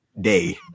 day